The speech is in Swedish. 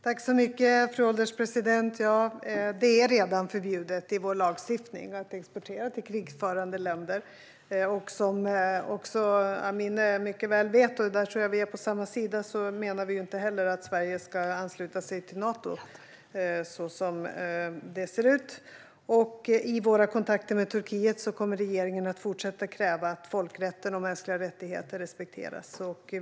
Fru ålderspresident! I vår lagstiftning är det redan förbjudet att exportera till krigförande länder. Som Amineh också mycket väl vet - och där tror jag att vi är på samma sida - menar vi inte heller att Sverige ska ansluta sig till Nato, som det ser ut. I våra kontakter med Turkiet kommer regeringen att fortsätta kräva att folkrätten och mänskliga rättigheter respekteras.